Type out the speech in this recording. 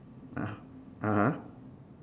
ah (uh huh)